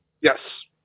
Yes